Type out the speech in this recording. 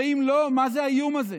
ואם לא, מה זה האיום הזה?